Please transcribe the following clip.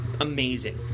amazing